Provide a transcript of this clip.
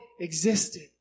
existed